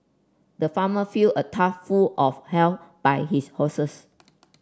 the farmer filled a tough full of hair by his horses